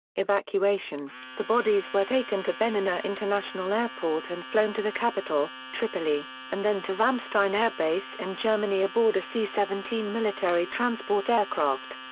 evacuation the bodies were taken to benina international airport and flown to the capital, tripoli, and then to ramstein air base in germany aboard a c seventeen military transport aircraft.